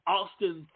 Austin